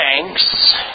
thanks